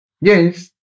Yes